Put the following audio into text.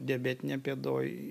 diabetinė pėdoj